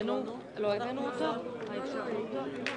הישיבה נעולה.